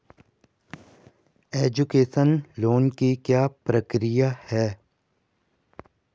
Education loan की क्या प्रक्रिया है?